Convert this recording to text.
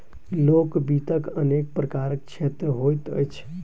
लोक वित्तक अनेक प्रकारक क्षेत्र होइत अछि